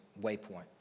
Waypoint